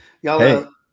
y'all